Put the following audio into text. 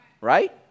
Right